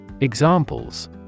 Examples